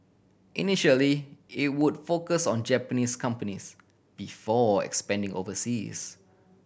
initially it would focus on Japanese companies before expanding overseas